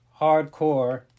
hardcore